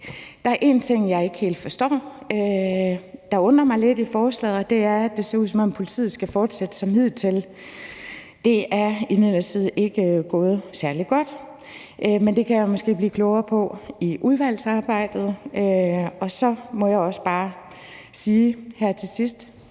forslaget, jeg ikke helt forstår, og som undrer mig lidt, og det er, at det ser ud, som om politiet skal fortsætte som hidtil. Det er imidlertid ikke gået særlig godt, men det kan jeg måske blive klogere på i udvalgsarbejdet. Og så må jeg også bare sige her til sidst: